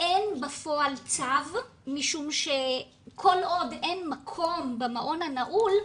אין בפועל צו משום שכל עוד אין מקום במעון הנעול,